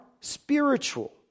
spiritual